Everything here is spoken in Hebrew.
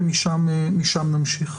ומשם נמשיך.